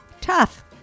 tough